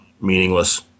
meaningless